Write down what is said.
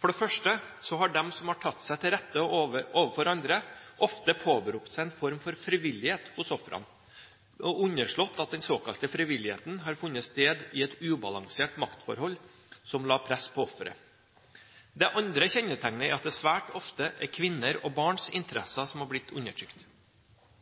For det første har de som har tatt seg til rette overfor andre, ofte påberopt seg en form for frivillighet hos ofrene og underslått at den såkalte frivilligheten har funnet sted i et ubalansert maktforhold som la press på offeret. Det andre kjennetegnet er at det svært ofte er kvinners og barns interesser som har blitt undertrykt.